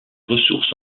ressources